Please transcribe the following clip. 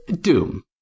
Doom